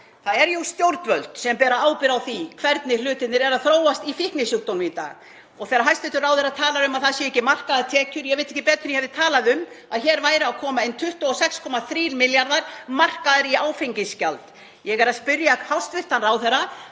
Það er jú stjórnvöld sem bera ábyrgð á því hvernig hlutirnir eru að þróast í fíknisjúkdómum í dag. Hæstv. ráðherra talar um að það séu ekki markaðar tekjur en ég veit ekki betur en að ég hafi talað um að hér væru að koma inn 26,3 milljarðar markaðir í áfengisgjald. Ég er að spyrja hæstv. ráðherra